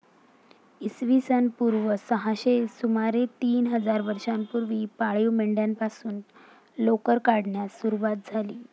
इसवी सन पूर्व सहाशे सुमारे तीन हजार वर्षांपूर्वी पाळीव मेंढ्यांपासून लोकर काढण्यास सुरवात झाली